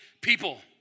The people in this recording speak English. people